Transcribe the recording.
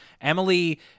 emily